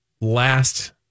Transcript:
last